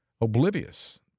oblivious